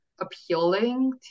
appealing